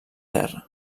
terra